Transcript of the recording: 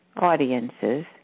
audiences